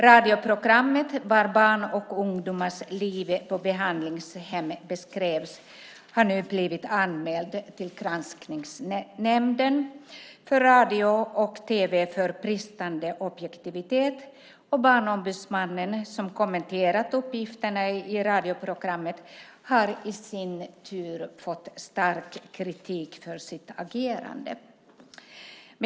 Radioprogrammet där barn och ungdomars liv på behandlingshem beskrevs har nu blivit anmält till Granskningsnämnden för radio och tv för bristande objektivitet, och Barnombudsmannen som har kommenterat uppgifterna i radioprogrammet har i sin tur fått stark kritik för sitt agerande.